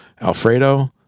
alfredo